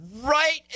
right